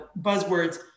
buzzwords